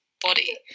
body